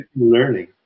learning